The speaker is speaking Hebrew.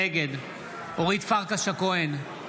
נגד אורית פרקש הכהן,